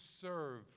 serve